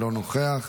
אינו נוכח,